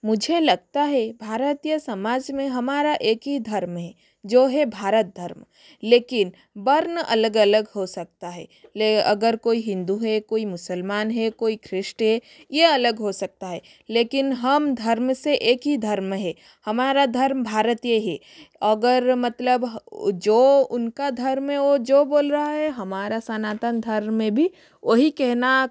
मुझे लगता है भारतीय समाज में हमारा एक ही धर्म है जो है भारत धर्म लेकिन वर्ण अलग अलग हो सकता है ले अगर कोई हिंदू है कोई मुसलमान है कोई कृस्ट है यह अलग हो सकता है लेकिन हम धर्म से एक ही धर्म है हमारा धर्म भारतीय है अगर मतलब जो उनका धर्म है वह जो बोल रहा है हमारा सनातन धर्म में भी वही कहना